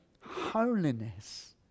holiness